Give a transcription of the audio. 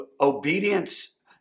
obedience